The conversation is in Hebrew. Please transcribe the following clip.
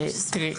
תראי,